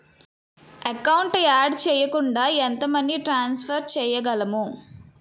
Account add చేయకుండా ఎంత money transfer చేయగలము?